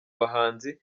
bahanzi